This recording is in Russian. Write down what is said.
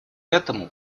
этому